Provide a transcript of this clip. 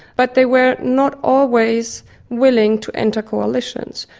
but they were not always willing to enter coalitions.